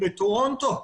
בטורונטו.